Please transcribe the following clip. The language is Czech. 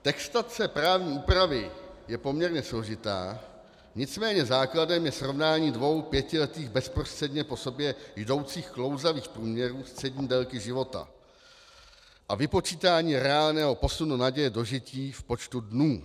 Textace právní úpravy je poměrně složitá, nicméně základem je srovnání dvou pětiletých, bezprostředně po sobě jdoucích klouzavých průměrů střední délky života a vypočítání reálného posunu naděje dožití v počtu dnů.